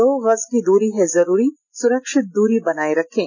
दो गज की दूरी है जरूरी सुरक्षित दूरी बनाए रखें